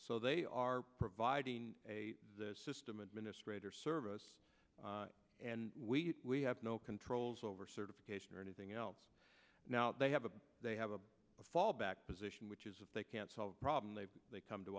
so they are providing a system administrator service and we have no controls over certification or anything else now they have a they have a fallback position which is if they can't solve a problem they come to